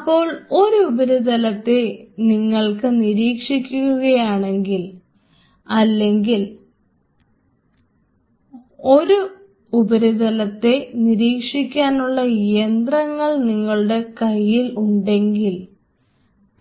അപ്പോൾ ഒരു ഉപരിതലത്തെ നിങ്ങൾ നിരീക്ഷിക്കുകയാണെങ്കിൽ അല്ലെങ്കിൽ ഒരു ഉപരിതലത്തെ നിരീക്ഷിക്കാനുള്ള യന്ത്രങ്ങൾ നിങ്ങളുടെ കയ്യിൽ ഉണ്ടെങ്കിൽ